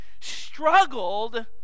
struggled